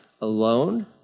alone